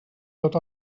tot